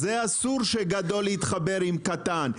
אז זה אסור שגדול יתחבר עם קטן,